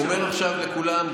אני אומר עכשיו לכולם,